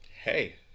hey